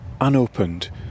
unopened